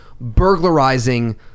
burglarizing